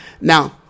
Now